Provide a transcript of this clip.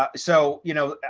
um so you know,